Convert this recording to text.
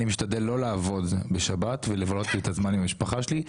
אני משתדל לא לעבוד בשבת ולבלות את הזמן עם המשפחה שלי.